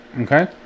Okay